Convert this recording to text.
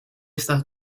estas